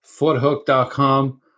Foothook.com